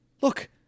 Look